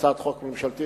הצעת חוק ממשלתית,